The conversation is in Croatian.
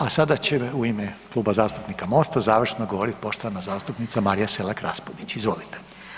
A sada će u ime Kluba zastupnika Mosta završno govoriti poštovana zastupnica Marija Selak Raspudić, izvolite.